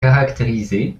caractérisés